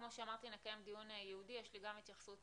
כמו שאמרתי, נקיים דיון ייעודי, יש לי גם התייחסות